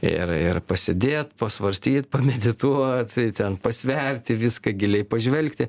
ir ir pasėdėt pasvarstyt pamedituot ten pasverti viską giliai pažvelgti